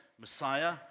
Messiah